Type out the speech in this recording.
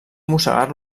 mossegar